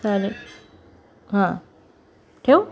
चालेल हां ठेवू